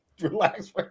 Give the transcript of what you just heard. Relax